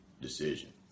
decision